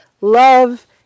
love